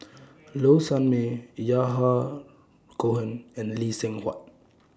Low Sanmay Yahya Cohen and Lee Seng Huat